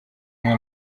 nka